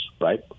right